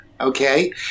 Okay